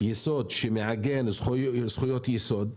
יסוד שמעגן זכויות יסוד,